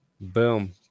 Boom